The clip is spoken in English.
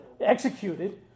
executed